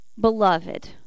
beloved